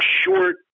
short